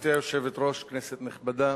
גברתי היושבת-ראש, כנסת נכבדה,